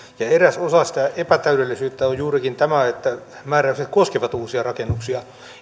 ja eräs osa sitä epätäydellisyyttä on juurikin tämä että määräykset koskevat uusia rakennuksia